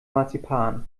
marzipan